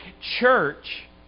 church